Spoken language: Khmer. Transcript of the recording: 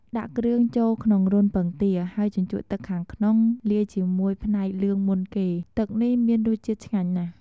ដាក់គ្រឿងចូលក្នុងរន្ធពងទា ហើយជញ្ជក់ទឹកនៅខាងក្នុង លាយជាមួយនឹងផ្នែកលឿងមុនគេ ទឹកនេះមានរសជាតិឆ្ងាញ់ណាស់។